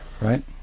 right